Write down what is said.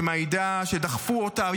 שמעידה שדחפו אותה,